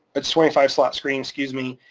it's twenty five slot screen, excuse me.